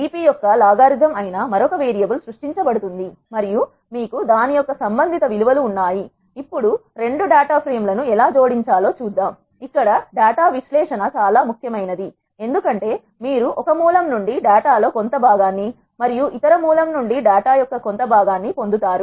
BP యొక్క logarithm అయినా మరొక వేరియబుల్ సృష్టించబడింది మరియు మీకు దాని యొక్క సంబంధిత విలువ లు ఉన్నాయి ఇప్పుడు 2 డాటా ఫ్రేమ్ లను ఎలా జోడించాలో చూద్దాం ఇక్కడ డేటా విశ్లేషణ చాలా ముఖ్యమైనది ఎందుకంటే మీరు ఒక మూలం నుండి డేటా లో కొంత బాగా న్ని మరియు ఇతర మూలం నుండి డేటా యొక్క కొంత భాగాన్ని పొందుతారు